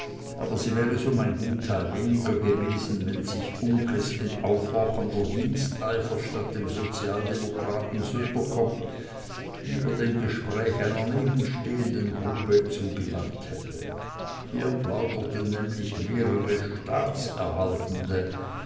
aber sie wär es um ein gut teil weniger gewesen wenn sich unckes aufhorchender diensteifer statt dem sozialdemokraten söderkopp lieber dem gespräch einer nebenstehenden gruppe zugewandt hätte hier plauderten nämlich mehrere